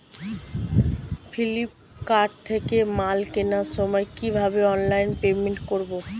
Flipkart থেকে মাল কেনার সময় কিভাবে অনলাইনে পেমেন্ট করব?